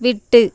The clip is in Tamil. விட்டு